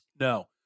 No